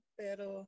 pero